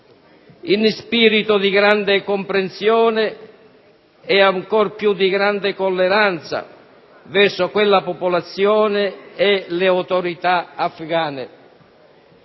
in spirito di grande comprensione e, ancor più, di grande tolleranza verso quella popolazione e le autorità afgane.